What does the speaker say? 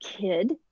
kid